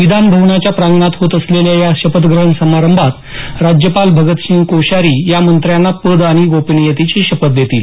विधान भवनाच्या प्रांगणात होत असलेल्या या शपथग्रहण समारंभात राज्यपाल भगतसिंह कोश्यारी या मंत्र्यांना पद आणि गोपनीयतेची शपथ देतील